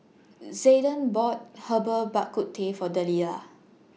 Zayden bought Herbal Bak Ku Teh For Delilah